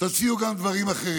תוציאו גם דברים אחרים.